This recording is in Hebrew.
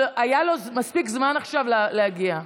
אבל היה לו מספיק זמן עכשיו להגיע.